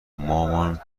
مامان